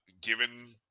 given